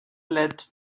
let